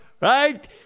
right